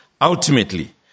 Ultimately